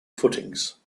footings